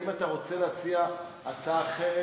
האם אתה רוצה להציע הצעה אחרת?